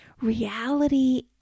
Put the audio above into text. Reality